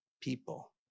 people